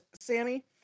Sammy